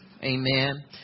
Amen